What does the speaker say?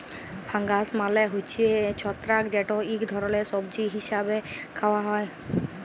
fungus মালে হছে ছত্রাক যেট ইক ধরলের সবজি হিসাবে খাউয়া হ্যয়